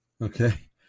okay